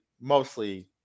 Mostly